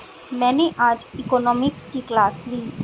मैंने आज इकोनॉमिक्स की क्लास ली